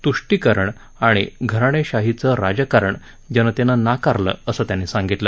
पुष्टीकरण आणि घराणेशाहीचं राजकारण जनतेनं नाकारलं असं त्यांनी सांगितलं